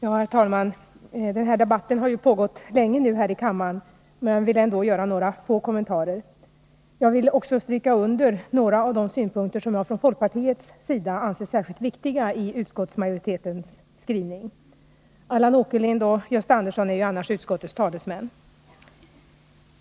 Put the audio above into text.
Herr talman! Den här debatten har pågått länge nu här i kammaren, men jag vill ändå göra några få kommentarer. Jag vill också stryka under några av de synpunkter i utskottsmajoritetens skrivning som jag anser särskilt viktiga från folkpartiets sida. Allan Åkerlind och Gösta Andersson är ju annars utskottets talesmän.